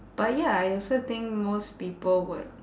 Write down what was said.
but ya I also think most people would